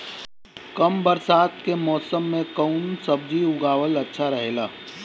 कम बरसात के मौसम में कउन सब्जी उगावल अच्छा रहेला?